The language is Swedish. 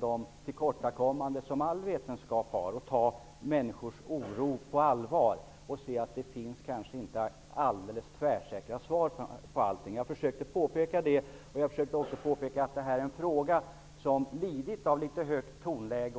de tillkortakommanden som all vetenskap har och att ta människors oro på allvar. Man får inse att det kanske inte finns alldeles tvärsäkra svar på allt. Jag försökte påpeka det. Jag försökte också påpeka att den här frågan lidit av ett något högt tonläge.